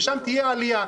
ושם תהיה עלייה,